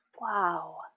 Wow